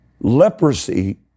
Leprosy